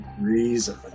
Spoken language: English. Reason